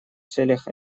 целях